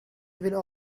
will